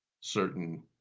certain